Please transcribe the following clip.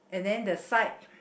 and then the side